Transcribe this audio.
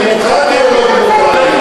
אתה, זה דמוקרטיה או לא דמוקרטיה?